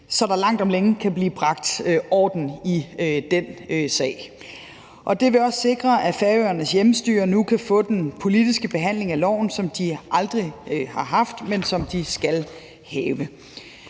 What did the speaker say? så der langt om længe kan blive bragt orden i den sag. Det vil også sikre, at Færøernes hjemmestyre nu kan få den politiske behandling af loven, som de aldrig har haft, men som de skal have,